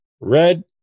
Red